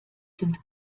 sind